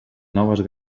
noves